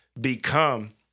become